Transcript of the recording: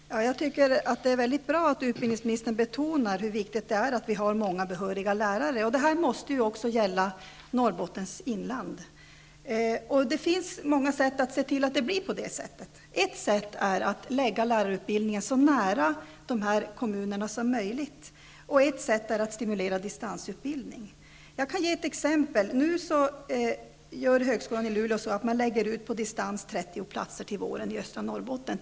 Fru talman! Jag tycker att det är väldigt bra att utbildningsministern betonar hur viktigt det är att vi har många behöriga lärare. Detta måste också gälla Norrbottens inland. Det finns många sätt att se till att det blir så. Ett sätt är att lägga lärarutbildningen så nära dessa kommuner som möjligt. Ett annat sätt är att stimulera distansutbildning. Jag kan ge ett exempel. Nu gör högskolan i Luleå så att man till våren lägger ut på distansstudier 30 platser i östra Norrbotten.